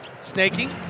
snaking